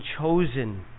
chosen